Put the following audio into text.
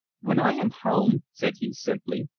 when i am home, said he simply,